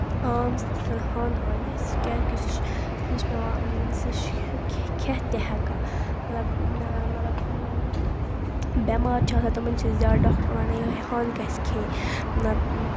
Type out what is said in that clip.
ٲمس تہٕ ہَنٛد اَنہِ سُہ کیٛازِکہِ سُہ چھُ سُہ چھُ پیٚوان سُہ چھُ کھیٚہ کھیٚتھ تہِ ہیکان مطلب مطلب بیمار چھِ آسان تِمَن چھِ زیادٕ ڈاکٹَر وَنان یِہےَ ہَنٛد گَژھِ کھیٚنۍ مطلب